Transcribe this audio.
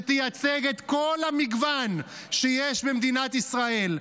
שתייצג את כל המגוון שיש במדינת ישראל,